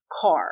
car